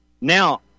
Now